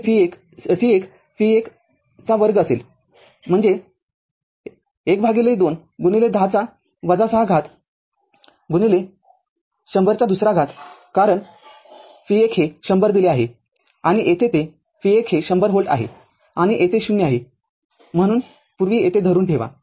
तरयासाठी ते C१v१२ असेल म्हणजेच अर्धा१० to the power ६ १00२ कारण v१हे १०० दिले आहे आणि येथे ते v१हे १०० व्होल्ट दिले आहे आणि येथे ० आहे म्हणून यापूर्वी आपण धरून ठेवा